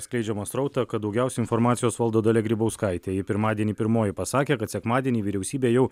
skleidžiamą srautą kad daugiausiai informacijos valdo dalia grybauskaitė ji pirmadienį pirmoji pasakė kad sekmadienį vyriausybė jau